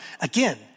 Again